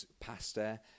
pasta